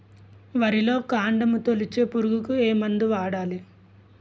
వరిలో కాండము తొలిచే పురుగుకు ఏ మందు వాడాలి?